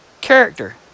character